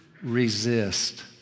resist